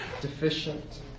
deficient